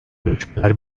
görüşmeler